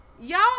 Y'all